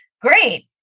Great